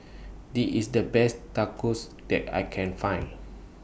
IT IS The Best Tacos that I Can Find